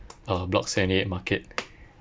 uh block seventy eight market